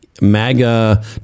MAGA